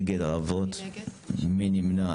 7. מי נמנע?